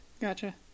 Gotcha